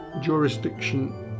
jurisdiction